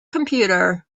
computer